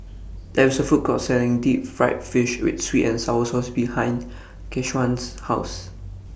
There IS A Food Court Selling Deep Fried Fish with Sweet and Sour Sauce behind Keshawn's House